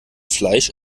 fleisch